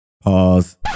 Pause